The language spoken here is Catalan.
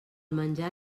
menjar